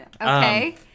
Okay